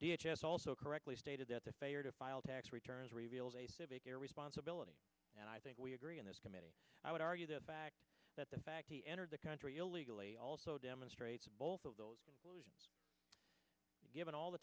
f s also correctly stated that the failure to file tax returns reveals a civic your responsibility and i think we agree on this committee i would argue the fact that the fact he entered the country illegally also demonstrates both of those given all the